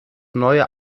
neue